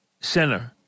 center